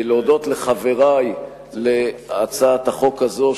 להודות לחברי להצעת החוק הזו,